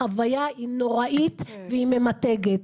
החווייה היא נוראית והיא ממתגת.